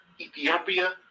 Ethiopia